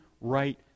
right